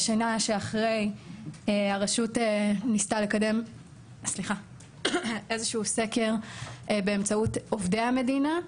בשנה שאחרי הרשות ניסתה לקדם איזשהו סקר באמצעות עובדי המדינה.